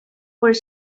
were